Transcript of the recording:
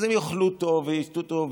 אז הם יאכלו טוב וישתו טוב,